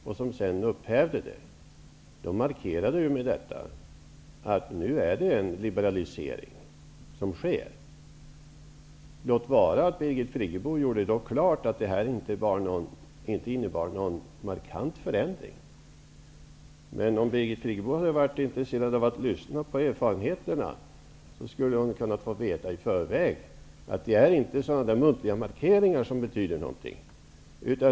När sedan beslutet upphävdes markerade man därmed att det nu är en liberalisering som sker. Låt vara att Birgit Friggebo gjorde klart att upphävandet inte innebar någon markant förändring. Men om Birgit Friggebo hade varit intresserad av att lyssna till gjorda erfarenheter hade hon i förväg kunnat få veta att det inte är muntliga markeringar som betyder något.